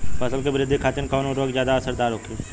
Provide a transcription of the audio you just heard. फसल के वृद्धि खातिन कवन उर्वरक ज्यादा असरदार होखि?